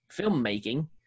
filmmaking